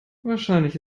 wahrscheinlich